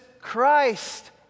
Christ